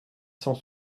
cent